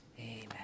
Amen